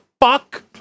fuck